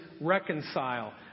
reconcile